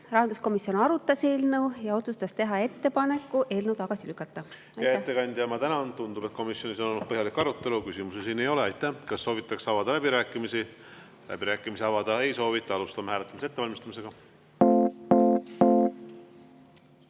Rahanduskomisjon arutas eelnõu ja otsustas teha ettepaneku eelnõu tagasi lükata. Aitäh! Hea ettekandja, ma tänan. Tundub, et komisjonis on olnud põhjalik arutelu. Küsimusi siin ei ole. Aitäh! Kas soovitakse avada läbirääkimisi? Läbirääkimisi avada ei soovita. Alustame hääletamise ettevalmistamist.